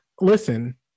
Listen